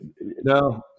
no